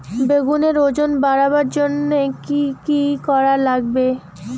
বেগুনের ওজন বাড়াবার জইন্যে কি কি করা লাগবে?